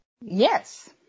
Yes